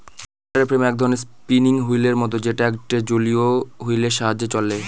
water frame এক ধরনের spinning wheel এর মত যেটা একটা জলীয় হুইল এর সাহায্যে চলে